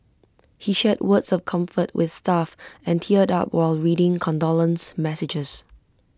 he shared words of comfort with staff and teared up while reading condolence messages